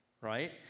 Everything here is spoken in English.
right